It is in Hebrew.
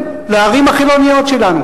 לערים החילוניות שלנו?